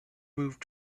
moved